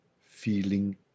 feeling